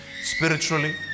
spiritually